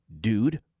dude